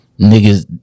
niggas